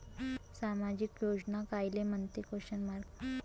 सामाजिक योजना कायले म्हंते?